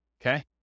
okay